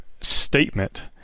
statement